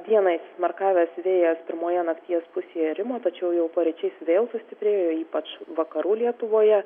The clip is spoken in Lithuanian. dieną įsismarkavęs vėjas pirmoje nakties pusėje rimo tačiau jau paryčiais vėl sustiprėjo ypač vakarų lietuvoje